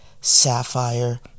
Sapphire